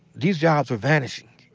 these jobs were vanishing.